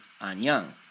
Anyang